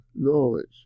knowledge